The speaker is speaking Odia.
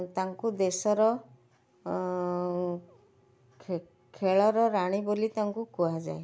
ତାଙ୍କୁ ଦେଶର ଖେଳର ରାଣୀ ବୋଲି ତାଙ୍କୁ କୁହାଯାଏ